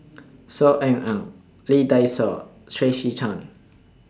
Saw Ean Ang Lee Dai Soh Tracey Tan